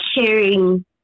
sharing